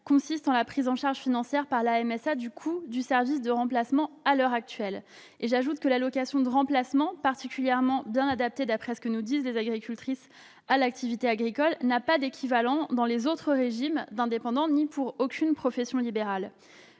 actuelle, la prise en charge financière par la MSA du coût du service de remplacement. J'ajoute que l'allocation de remplacement, particulièrement bien adaptée, d'après ce que nous disent les agricultrices, à l'activité agricole, n'a pas d'équivalent dans les autres régimes des indépendants ni pour aucune profession libérale.